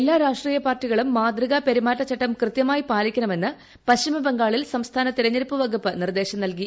എല്ലാ രാഷ്ട്രീയ പാർട്ടികളും മാതൃകാ പെരുമാറ്റചട്ടം കൃത്യമായി പാലിക്കണമെന്ന് പശ്ചിമബംഗാളിൽ സംസ്ഥാന തെരഞ്ഞെടുപ്പ് വകുപ്പ് നിർദ്ദേശം നൽകി